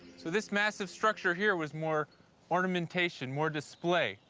so this massive structure here was more ornamentation, more display.